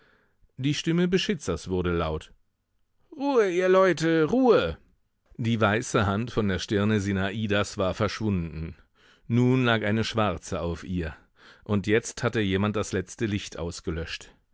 die stimme beschitzers wurde laut ruhe ihr leute ruhe die weiße hand von der stirne sinadas war verschwunden nun lag eine schwarze auf ihr und jetzt hatte jemand das letzte licht ausgelöscht